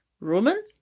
Roman